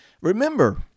remember